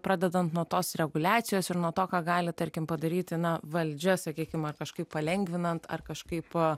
pradedant nuo tos reguliacijos ir nuo to ką gali tarkim padaryti na valdžia sakykim ar kažkaip palengvinant ar kažkaip